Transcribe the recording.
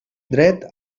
dret